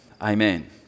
Amen